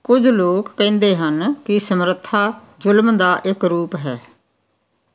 ਕੁੱਝ ਲੋਕ ਕਹਿੰਦੇ ਹਨ ਕਿ ਸਮਰੱਥਾ ਜ਼ੁਲਮ ਦਾ ਇੱਕ ਰੂਪ ਹੈ